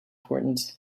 important